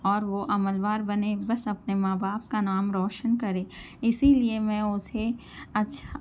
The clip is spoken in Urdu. اور وہ عمل وار بنے بس اپنے ماں باپ کا نام روشن کرے اسی لیے میں اُسے اچّھا